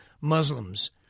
Muslims